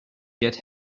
get